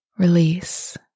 Release